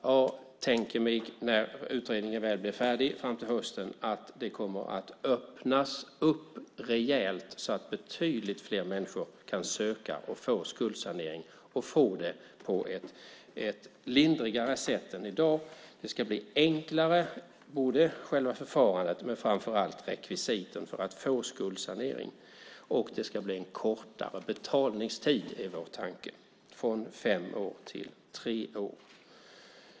Jag tänker mig när utredningen väl blir färdig framåt hösten att det kommer att öppnas upp rejält så att betydligt fler människor kan söka och få skuldsanering på ett lindrigare sätt än i dag. Själva förfarandet ska bli enklare, men framför allt ska rekvisiten för att få skuldsanering förenklas. Vår tanke är också att det ska bli en kortare betalningstid - från fem år till tre år.